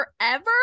forever